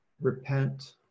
repent